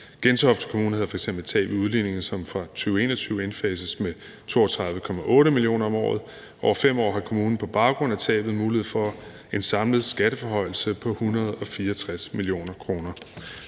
Gentofte Kommune havde f.eks. et tab i udligningen, som fra 2021 indfases med 32,8 mio. kr. om året. Over 5 år har kommunen på baggrund af tabet mulighed for en samlet skatteforhøjelse på 164 mio. kr.